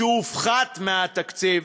שהופחת מהתקציב?